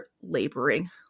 laboring